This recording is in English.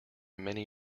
many